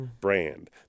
brand